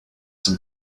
some